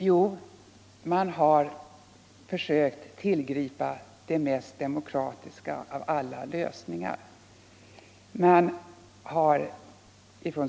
Jo, man har försökt tillgripa den mest demokratiska av alla lösningar.